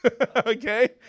okay